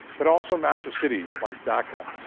but also massive cities like dhaka,